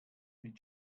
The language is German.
mit